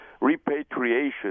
repatriation